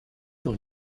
dans